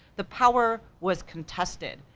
the power was contested.